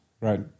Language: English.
right